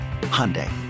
Hyundai